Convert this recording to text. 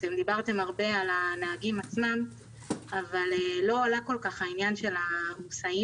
דיברתם הרבה על הנהגים עצמם אבל לא עלה כל כך העניין של המוסעים,